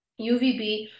UVB